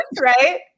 right